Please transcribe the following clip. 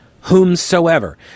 whomsoever